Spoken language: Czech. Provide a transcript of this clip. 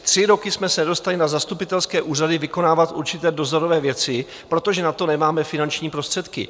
Tři roky jsme se nedostali na zastupitelské úřady vykonávat určité dozorové věci, protože na to nemáme finanční prostředky.